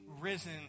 Risen